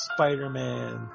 Spider-Man